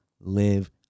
live